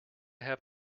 have